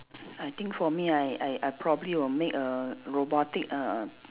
I think for me I I I probably will make a robotic err